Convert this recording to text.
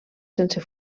sense